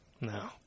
No